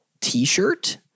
T-shirt